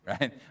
right